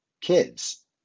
kids